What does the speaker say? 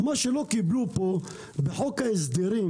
בחוק ההסדרים,